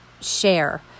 share